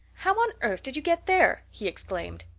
how on earth did you get there? he exclaimed.